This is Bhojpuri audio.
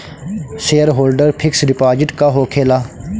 सेयरहोल्डर फिक्स डिपाँजिट का होखे ला?